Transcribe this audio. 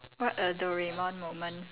what a doraemon moment